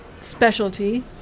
specialty